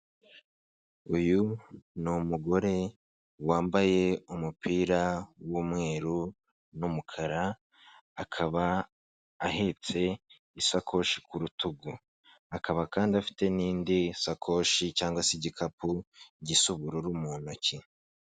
Uyu ni umugore, wambaye umupira w'umweru, n'umukara, akaba ahetse isakoshi ku rutugu. Akaba kandi afite n'indi sakoshi cyangwa se igikapu, gisa ubururu mu ntoki.